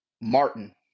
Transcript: Martin